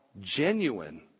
genuine